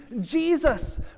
Jesus